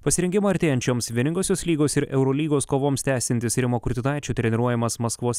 pasirengimą artėjančioms vieningosios lygos ir eurolygos kovoms tęsiantis rimo kurtinaičio treniruojamas maskvos